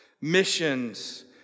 missions